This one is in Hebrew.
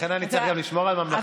לכן אני צריך גם לשמור על הממלכתיות.